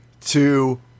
two